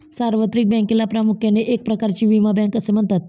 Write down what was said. सार्वत्रिक बँकेला प्रामुख्याने एक प्रकारची विमा बँक असे म्हणतात